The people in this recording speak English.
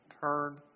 turn